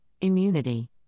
immunity